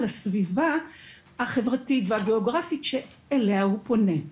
לסביבה החברתית והגיאוגרפית שאליה הוא פונה.